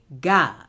God